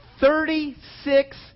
Thirty-six